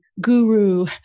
guru